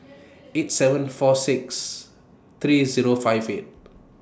eight seven four six three Zero five eight